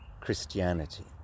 Christianity